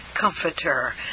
comforter